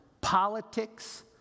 politics